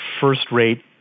first-rate